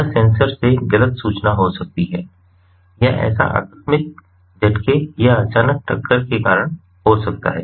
यह सेंसर से गलत सूचना हो सकती है या ऐसा आकस्मिक झटके या अचानक टक्कर के कारण हो सकता है